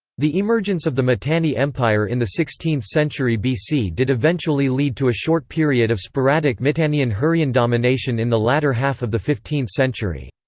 the emergence of the mitanni empire in the sixteenth century bc did eventually lead to a short period of sporadic mitannian-hurrian domination in the latter half of the fifteenth century.